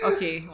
Okay